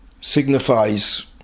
signifies